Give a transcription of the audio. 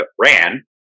ran